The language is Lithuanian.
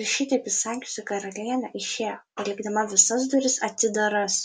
ir šitaip įsakiusi karalienė išėjo palikdama visas duris atidaras